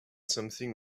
something